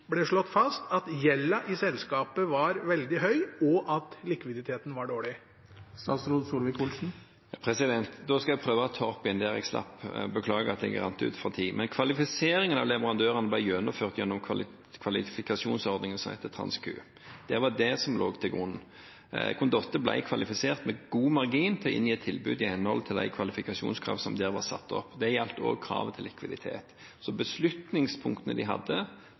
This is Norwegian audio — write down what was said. ble slått fast at gjelda i selskapet var veldig høy, og at likviditeten var dårlig? Jeg skal prøve å ta opp igjen tråden der jeg slapp – beklager at jeg slapp opp for tid. Kvalifiseringen av leverandørene ble gjennomført gjennom kvalifikasjonsordningen som heter TransQ. Det lå til grunn. Condotte ble kvalifisert med god margin til å inngi tilbud i henhold til de kvalifikasjonskravene som der var satt. Det gjaldt også kravet til likviditet. Så beslutningspunktene de hadde,